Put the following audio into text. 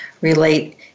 relate